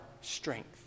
strength